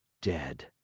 dead!